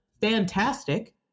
fantastic